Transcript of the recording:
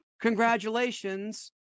Congratulations